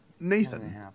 Nathan